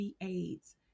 AIDS